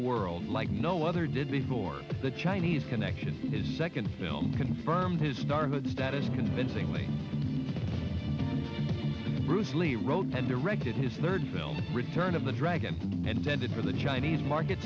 world like no other did before the chinese connection his second film confirmed his star good status convincingly bruce lee wrote and directed his third film return of the dragon and headed for the chinese market